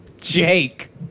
Jake